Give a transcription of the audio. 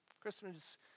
Christmas